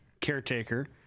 caretaker